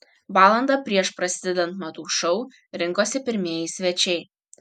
valandą prieš prasidedant madų šou rinkosi pirmieji svečiai